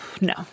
No